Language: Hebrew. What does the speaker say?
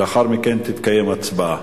לאחר מכן תתקיים הצבעה.